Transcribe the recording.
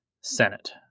senate